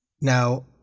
Now